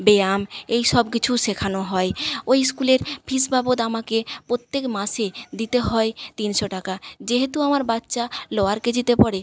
ব্যায়াম এইসব কিছু শেখানো হয় ওই স্কুলের ফীস বাবদ আমাকে প্রত্যেক মাসে দিতে হয় তিনশো টাকা যেহেতু আমার বাচ্চা লোয়ার কে জিতে পড়ে